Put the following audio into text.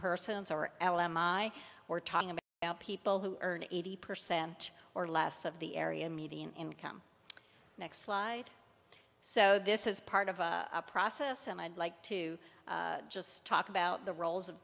persons or l m i we're talking about people who earn eighty percent or less of the area median income next slide so this is part of a process and i'd like to just talk about the roles of